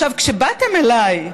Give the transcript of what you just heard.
עכשיו, כשבאתם אליי,